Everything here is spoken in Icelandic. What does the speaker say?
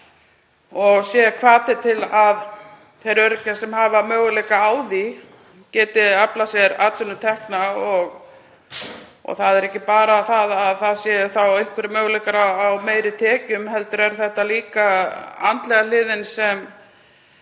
það sé hvati til að þeir öryrkjar sem hafa möguleika á því geti aflað sér atvinnutekna. Það er ekki bara að það séu þá einhverjir möguleikar á meiri tekjum heldur er líka andlega hliðin